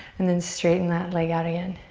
and then straighten that leg out again.